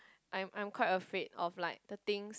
I'm I'm quite afraid of like the thing